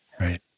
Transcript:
right